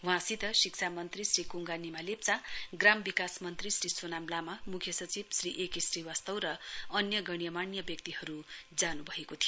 वहाँसित शिक्षा मन्त्री श्री कुंगा निमा लेप्चा ग्रम विकास मन्त्री श्री सोनाम तामा मुख्य सचिव श्री एके श्रीवास्तव र अन्य गण्यमान्य व्यक्तिहरू जानुभएको थियो